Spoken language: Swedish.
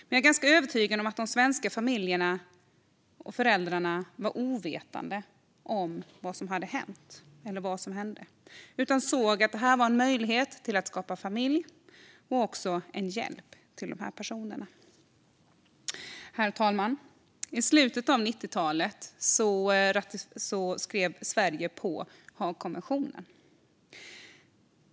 Jag är dock ganska övertygad om att de svenska familjerna och föräldrarna var ovetande om vad som hände. Man såg i stället att det här var en möjlighet att bilda familj och också en hjälp till personerna. Herr talman! I slutet av 90-talet skrev Sverige under Haagkonventionen.